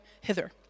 hither